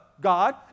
God